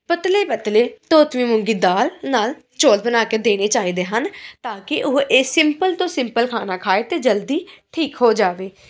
ਪਤਲੇ ਪਤਲੇ ਧੋਤਵੀ ਮੂੰਗੀ ਦਾਲ ਨਾਲ ਚੌਲ ਬਣਾ ਕੇ ਦੇਣੇ ਚਾਹੀਦੇ ਹਨ ਤਾਂ ਕਿ ਉਹ ਇਹ ਸਿੰਪਲ ਤੋਂ ਸਿੰਪਲ ਖਾਣਾ ਖਾਏ ਅਤੇ ਜਲਦੀ ਠੀਕ ਹੋ ਜਾਵੇ